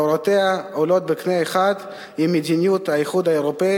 והוראותיה עולות בקנה אחד עם מדיניות האיחוד האירופי